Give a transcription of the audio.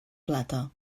plata